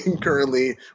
currently